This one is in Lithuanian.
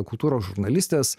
kultūros žurnalistės